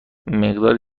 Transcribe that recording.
مقدار